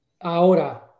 Ahora